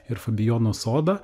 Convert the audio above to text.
ir fabijono sodą